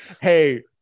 hey